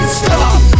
stop